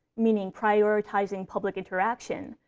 meaning prioritizing public interaction,